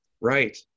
Right